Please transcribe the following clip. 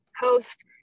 host